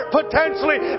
potentially